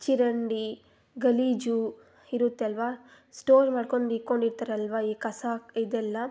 ಚರಂಡಿ ಗಲೀಜು ಇರುತ್ತೆ ಅಲ್ವ ಸ್ಟೋರ್ ಮಾಡ್ಕೊಂಡು ಈಕ್ಕೊಂಡಿರ್ತಾರಲ್ವ ಈ ಕಸ ಇದೆಲ್ಲ